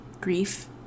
grief